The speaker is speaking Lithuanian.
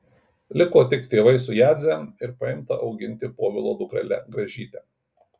liko tik tėvai su jadze ir paimta auginti povilo dukrele gražyte